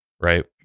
right